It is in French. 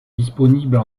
disponibles